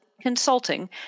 consulting